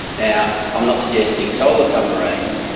yeah i'm not suggesting solar submarines,